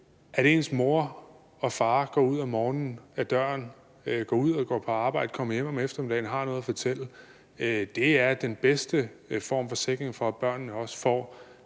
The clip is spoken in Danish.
at ens mor og far går ud ad døren om morgenen og går på arbejde og kommer hjem om eftermiddagen og har noget at fortælle, er den bedste form for sikring, i forhold til at børnene også får